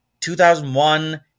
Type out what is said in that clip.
2001